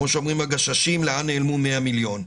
לאן נעלמו 100 מיליון?